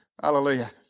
Hallelujah